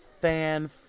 Fan